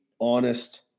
honest